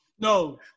No